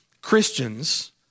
Christians